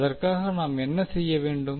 எனவே அதற்காக நாம் என்ன செய்ய வேண்டும்